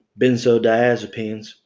benzodiazepines